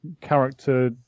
character